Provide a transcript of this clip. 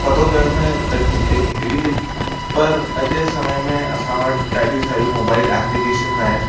पतो कयो मां ॾाढी ॾुखियाई थींदी हुई लेकिन पर अॼु जे समय में असां वटि ॾाढियूं सारियूं मोबाइल एप्लीकेशंस आहिनि